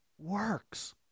works